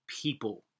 People